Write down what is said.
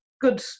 good